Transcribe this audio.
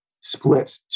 split